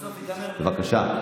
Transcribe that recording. בבקשה.